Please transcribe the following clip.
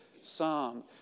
psalm